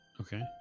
Okay